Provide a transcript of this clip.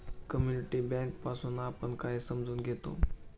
Community bank पासुन आपण काय समजून घेतो?